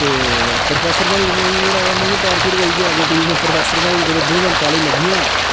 ते प्रोफेसर बनी ते मेरा मेन टारगेट गै इ'यै की प्रोफेसर बनी कुदै वूमेन कॉलेज लग्गी आं